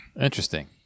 Interesting